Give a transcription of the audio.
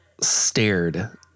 stared